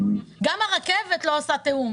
גם הרכבת לא עושה תיאום